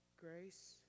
Grace